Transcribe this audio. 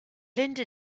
linda